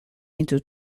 into